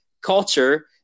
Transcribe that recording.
culture